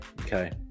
okay